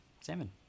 salmon